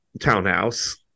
townhouse